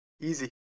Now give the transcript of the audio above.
easy